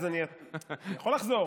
אני יכול לחזור.